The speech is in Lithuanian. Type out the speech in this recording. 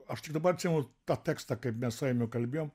aš tik dabar atsimenu tą tekstą kaip mes su eimiu kalbėjom